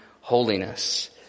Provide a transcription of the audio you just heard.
holiness